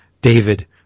David